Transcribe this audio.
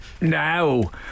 No